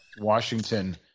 Washington